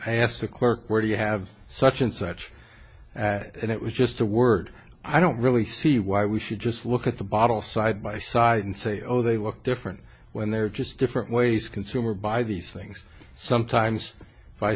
clerk where do you have such and such and it was just the word i don't really see why we should just look at the bottle side by side and say oh they look different when they're just different ways consumer buy these things sometimes by